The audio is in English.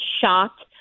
shocked